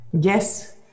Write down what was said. yes